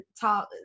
talk